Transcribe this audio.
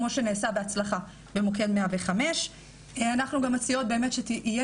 כמו שנעשה בהצלחה במוקד 105. אנחנו גם מציעות שיהיה